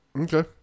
Okay